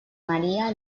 maría